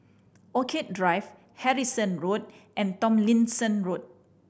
Orchid Drive Harrison Road and Tomlinson Road